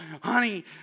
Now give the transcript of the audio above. honey